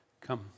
Come